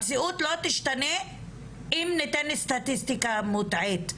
המציאות לא תשתנה אם ניתן סטטיסטיקה מוטעית,